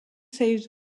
saved